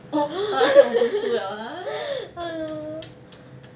oh 不用读书了 ah